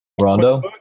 Rondo